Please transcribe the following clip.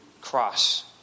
cross